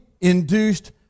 induced